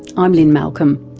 i'm lynne malcolm,